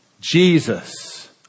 Jesus